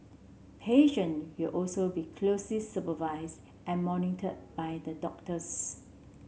patient will also be supervised and monitored by the doctors